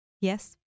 Yes